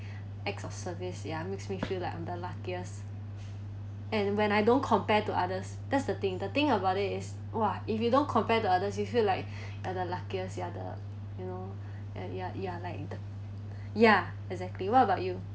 acts of service ya makes me feel like I'm the luckiest and when I don't compared to others that's the thing the thing about it is !wah! if you don't compare to others you feel like the luckiest you are the you know and you're you're like the ya exactly what about you